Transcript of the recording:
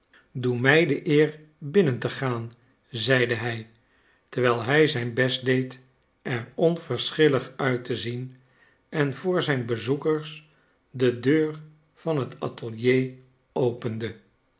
doe mij de eer binnen te gaan zeide hij terwijl hij zijn best deed er onverschillig uit te zien en voor zijn bezoekers de deur van het atelier opende